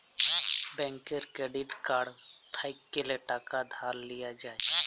ব্যাংকের credit card থ্যাইকলে টাকা ধার লিয়া যায়